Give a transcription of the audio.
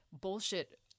bullshit